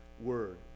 word